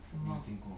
什么